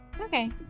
Okay